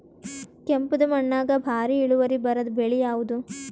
ಕೆಂಪುದ ಮಣ್ಣಾಗ ಭಾರಿ ಇಳುವರಿ ಬರಾದ ಬೆಳಿ ಯಾವುದು?